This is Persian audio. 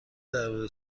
درباره